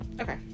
okay